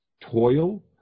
toil